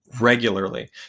regularly